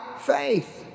faith